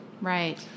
Right